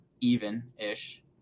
even-ish